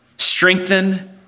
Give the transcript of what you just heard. strengthen